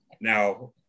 now